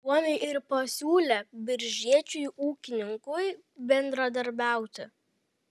suomiai ir pasiūlė biržiečiui ūkininkui bendradarbiauti